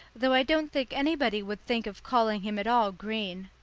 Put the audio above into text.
though i don't think anybody would think of calling him at all green.